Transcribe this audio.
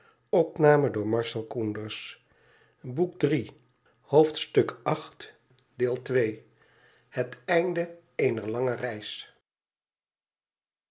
het sinde eener lange reis